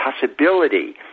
possibility